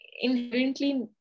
inherently